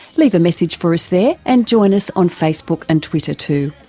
leave a message for us there and join us on facebook and twitter too.